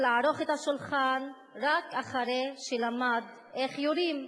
לערוך את השולחן רק אחרי שלמדו איך יורים,